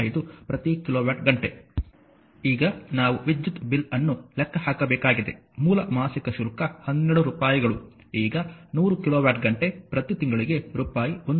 5 ಪ್ರತಿ ಕಿಲೋವ್ಯಾಟ್ ಘಂಟೆ ಈಗ ನಾವು ವಿದ್ಯುತ್ ಬಿಲ್ ಅನ್ನು ಲೆಕ್ಕ ಹಾಕಬೇಕಾಗಿದೆ ಮೂಲ ಮಾಸಿಕ ಶುಲ್ಕ 12 ರೂಪಾಯಿಗಳು ಈಗ 100 ಕಿಲೋವ್ಯಾಟ್ ಘಂಟೆ ಪ್ರತಿ ತಿಂಗಳಿಗೆ ರೂಪಾಯಿ 1